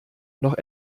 noch